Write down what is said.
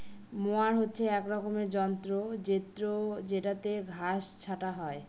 mower হচ্ছে এক রকমের যন্ত্র জেত্রযেটাতে ঘাস ছাটা হয়